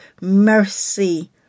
mercy